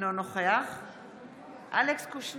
אינו נוכח אלכס קושניר,